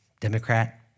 Democrat